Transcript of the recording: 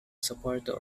supporter